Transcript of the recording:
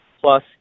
plus